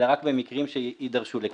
אלא רק במקרים שיידרשו לכך.